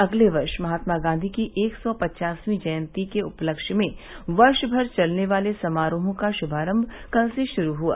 अगले वर्ष महात्मा गांधी की एक सौ पवासवीं जयंती के उपलक्ष्य में वर्षभर चलने वाले समारोहों का श्मारंभ कल से शुरू हुआ